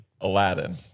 aladdin